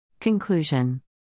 Conclusion